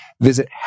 Visit